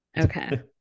Okay